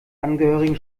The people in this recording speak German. angehörigen